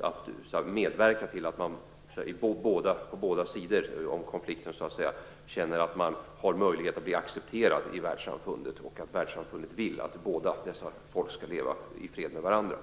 att medverka till att man på båda sidor om konflikten känner att man har möjlighet att bli accepterad i världssamfundet och att världssamfundet vill att båda dessa folk skall leva i fred med varandra.